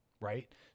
Right